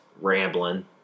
rambling